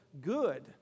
good